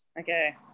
Okay